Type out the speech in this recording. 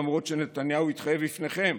למרות שנתניהו התחייב בפניכם